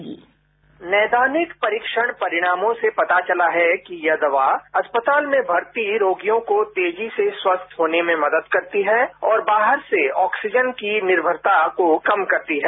sound bite नैदानिक परीक्षण परिणामों से पता चला है कि यह दवा अस्पताल में भर्ती रोगियों को तेजी से स्वस्थ होने में मदद करती है और बाहर से ऑक्सीजन की निर्भरता को कम करती है